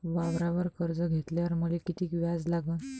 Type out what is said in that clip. वावरावर कर्ज घेतल्यावर मले कितीक व्याज लागन?